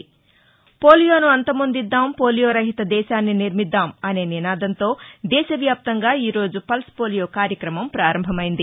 పోలియోను అంతమొందిద్దాం పోలియో రహిత దేశాన్ని నిర్మిద్దాం అనే నినాదంతో దేశ వ్యాప్తంగా కురోజు పల్స్పోలియో కార్యక్రమం పారంభమైంది